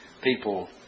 people